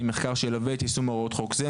מחקר שילווה את יישום הוראות חוק זה,